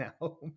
now